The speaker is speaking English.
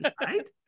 Right